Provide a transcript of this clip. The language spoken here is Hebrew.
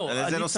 על איזה